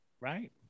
Right